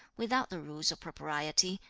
without the rules of propriety,